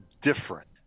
different